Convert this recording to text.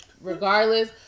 regardless